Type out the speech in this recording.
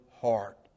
heart